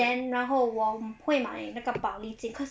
then 然后我会买那个宝丽金 cause